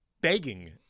Begging